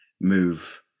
move